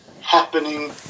happening